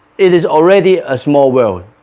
it is already a small world